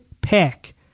pick